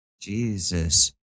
Jesus